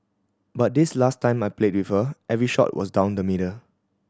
but this last time I played with her every shot was down the middle